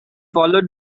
followed